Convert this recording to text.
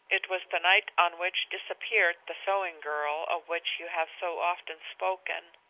it was the night on which disappeared the sewing girl of which you have so often spoken,